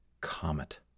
Comet